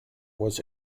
was